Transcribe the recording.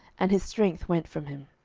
and his strength went from him.